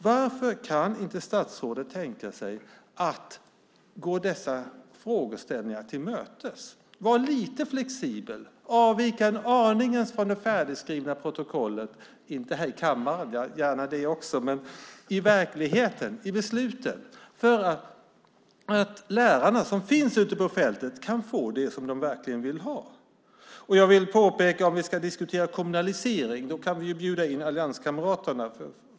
Varför kan inte statsrådet tänka sig att gå dessa önskemål till mötes och vara lite flexibel och avvika en aning från besluten i det skrivna protokollet - inte här i kammaren - så att lärarna ute på fältet kan få det som de verkligen vill ha? Om vi ska diskutera kommunalisering kan vi ju bjuda in allianskamraterna.